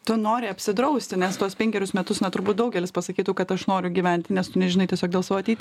tu nori apsidrausti nes tuos penkerius metus na turbūt daugelis pasakytų kad aš noriu gyventi nes tu nežinai tiesiog dėl savo ateit